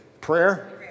Prayer